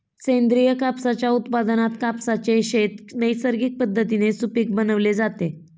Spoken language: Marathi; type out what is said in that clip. सेंद्रिय कापसाच्या उत्पादनात कापसाचे शेत नैसर्गिक पद्धतीने सुपीक बनवले जाते